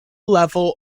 level